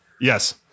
Yes